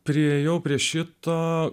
priėjau prie šito